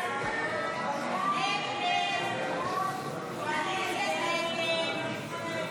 45 בעד, 58 נגד.